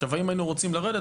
עכשיו, האם היינו רוצים לרדת?